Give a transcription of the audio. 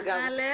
דרגה ב'.